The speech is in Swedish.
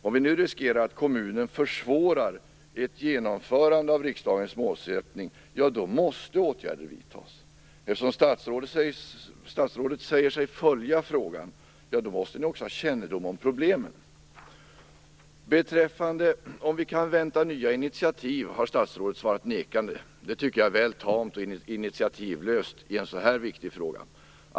Om vi riskerar att kommunen försvårar ett genomförande av riksdagens målsättning måste åtgärder vidtas. Eftersom statsrådet säger sig följa frågan måste hon också ha kännedom om problemen. Beträffande om vi kan vänta nya initiativ har statsrådet svarat nekande. Det tycker jag är väl tamt och initiativlöst i en så här viktig fråga.